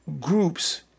groups